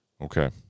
Okay